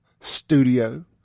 Studio